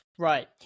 Right